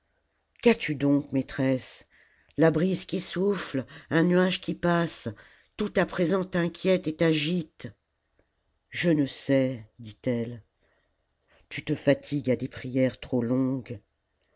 qu'as-tu donc maîtresse la brise qui souffîe un nuage qui passe tout à présent t'mquiète et t'agite je ne sais dit-elle tu te fatigues à des prières trop longues